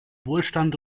wohlstand